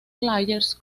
players